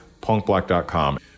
punkblack.com